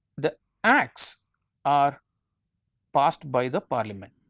the acts are passed by the parliament.